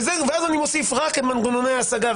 ואז אני מוסיף רק את מנגנוני ההשגה,